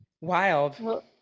Wild